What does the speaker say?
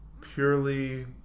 purely